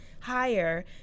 Higher